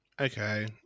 Okay